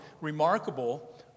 remarkable